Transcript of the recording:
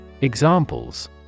Examples